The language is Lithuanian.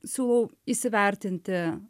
siūlau įsivertinti